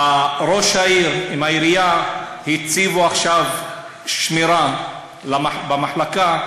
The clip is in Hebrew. ראש העיר, העירייה, הציבו עכשיו שמירה במחלקה.